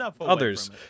others